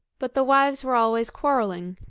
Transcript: but the wives were always quarrelling,